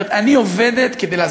אומרת: אני עובדת כדי לעזור.